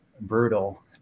brutal